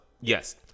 Yes